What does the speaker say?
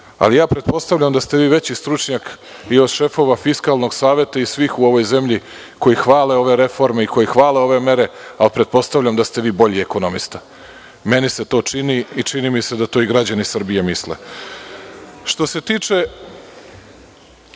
ali pretpostavljam da ste vi veći stručnjak i od šefova Fiskalnog saveta i svih u ovoj zemlji, koji hvale ove reforme i koji hvale ove mere, a pretpostavljam da ste vi bolji ekonomista. Meni se to čini, a čini mi se da i to građani Srbije misle. Što